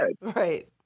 Right